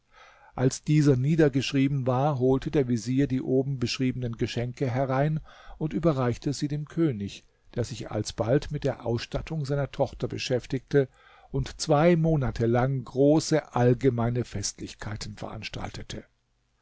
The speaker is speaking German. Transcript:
als dieser niedergeschrieben war holte der vezier die oben beschriebenen geschenke herein und überreichte sie dem könig der sich alsbald mit der ausstattung seiner tochter beschäftigte und zwei monate lang große allgemeine festlichkeiten veranstaltete